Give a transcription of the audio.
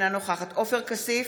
אינה נוכחת עופר כסיף,